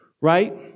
Right